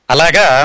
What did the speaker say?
Alaga